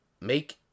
Make